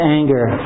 anger